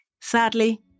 Sadly